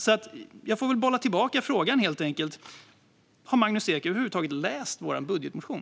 Jag får helt enkelt bolla tillbaka frågan. Har Magnus Ek över huvud taget läst vår budgetmotion?